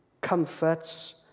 comforts